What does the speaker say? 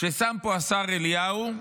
ששם פה השר אליהו,